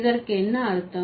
இதற்கு என்ன அர்த்தம்